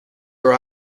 are